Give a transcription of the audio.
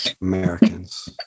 Americans